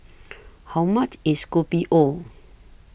How much IS Kopi O